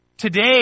Today